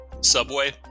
Subway